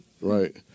right